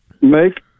make